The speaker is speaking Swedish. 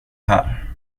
här